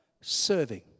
serving